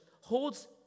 holds